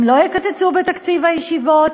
הם לא יקצצו בתקציב הישיבות.